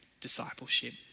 discipleship